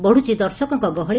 ବତୁଛି ଦର୍ଶକଙ୍କ ଗହଳି